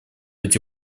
эти